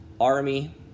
Army